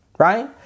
Right